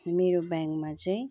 मेरो ब्याङमा चै